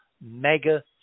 mega